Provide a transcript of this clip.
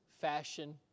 fashion